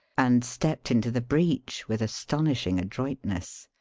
and stepped into the breach with astonishing adroitness.